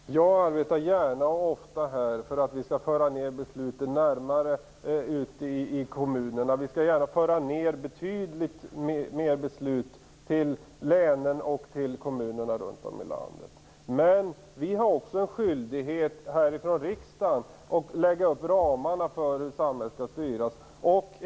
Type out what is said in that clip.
Fru talman! Jag arbetar gärna och ofta för att vi skall föra ned besluten i kommunerna. Vi skall föra ned betydligt mer beslut till länen och kommunerna runt om i landet. Men vi har också en skyldighet här i riksdagen att lägga fast ramarna för hur samhället skall styras.